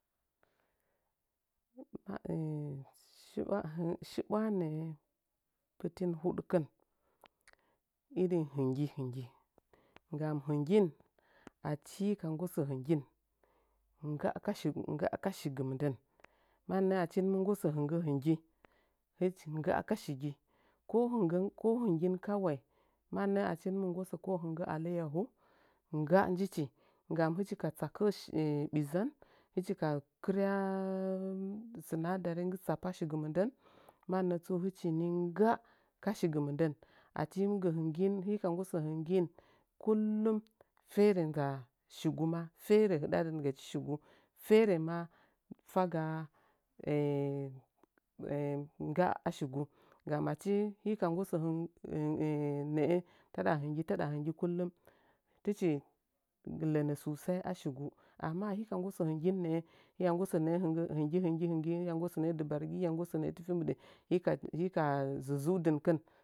Shiɓwaa shiɓwaa nə’ə pətin huɗkɨn, irin hɨnggi hɨnggi nggaru hɨnggin, adihii ka nggosə hɨggin, ngga ka shigu ngga ka shigɨ mɨndən mannə achi hɨn mɨ nggosə hɨnggə hɨnggin hɨch nggajh ka shigi ko hɨnggəko hɨnggin kawai mannə achi hɨntin nggosə ko hinggə allayyaho ngga njichi nggam hɨchi ka tsakə’ə shi bɨzən hɨchi ka kɨtrya ɓɨnadaran ngɨ tsapən ashigɨ mɨndən mannə tsu hɨchi ni ngga ka shigɨ nɨndən achi hi mɨ gə hɨnggi hi ka nggo sə hɨnggin kullum sai dɨn ndzaa shigu maa ferə hɨdadin gachi shigu ferə maa fagaa ngga a shigu nggau achi hi ka nggoso nə’ə tada hɨnggi – taɗa hɨnggi kullum tɨchi lənə susai ashigu amma achi hi ka nggosə hɨnggi nə’ə hiya ngosə nə’ə hɨnggə hɨnggi – hinggi, hiya nggosə nə’ə diɓargi hiya nggosə nə’ə tifi mbi ɗə hika zuzəudɨnkɨn.